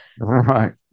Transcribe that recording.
right